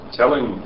telling